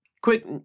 quick